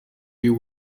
you